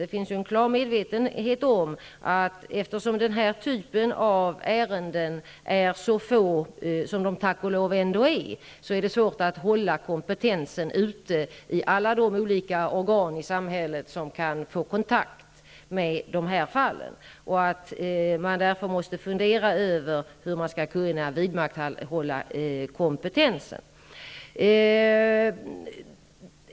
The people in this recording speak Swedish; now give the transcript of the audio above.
Det finns en klar medvetenhet om att det, på grund av att dessa ärenden är så få som de tack och lov ändå är, är svårt att upprätthålla kompetensen ute i alla de olika organ i samhället som kan bli berörda av de här fallen. Vi måste därför fundera över hur vi skall kunna vidmakthålla kompetensen.